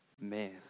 Man